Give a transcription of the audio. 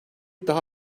daha